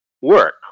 work